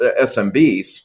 SMBs